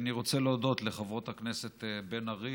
אני רוצה להודות לחברות הכנסת בן ארי